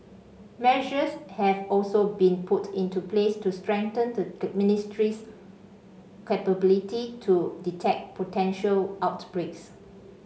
measures have also been put into place to strengthen the ministry's capability to detect potential outbreaks